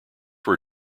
were